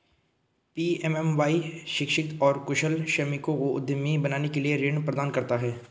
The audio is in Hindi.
पी.एम.एम.वाई शिक्षित और कुशल श्रमिकों को उद्यमी बनने के लिए ऋण प्रदान करता है